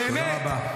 באמת.